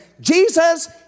Jesus